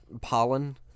pollen